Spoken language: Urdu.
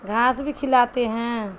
گھاس بھی کھلاتے ہیں